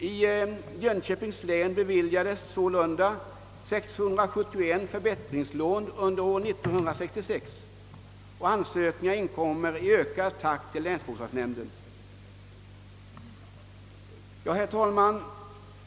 I Jönköpings län beviljades sålunda 671 förbättringslån under år 1966, och ansökningar inkommer i ökad takt till länsbostadsnämnden. Herr talman!